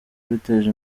biteje